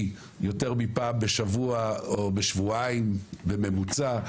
יותר מפעם בשבוע או שבועיים בממוצע.